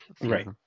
Right